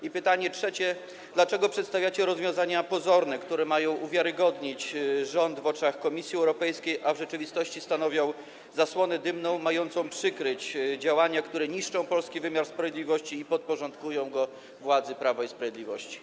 I pytanie trzecie: Dlaczego przedstawiacie rozwiązania pozorne, które mają uwiarygodnić rząd w oczach Komisji Europejskiej, a w rzeczywistości stanowią zasłonę dymną mającą przykryć działania, które niszczą polski wymiar sprawiedliwości i podporządkowują go władzy Prawa i Sprawiedliwości?